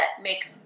make